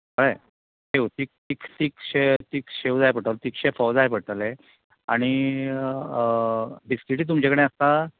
कळ्ळें शेव तीक तीक तिकशें तीक शेव जाय पडटलो तिकशें फोव जाय पडटलें आनी बिस्किटी तुमचे कडेन आसता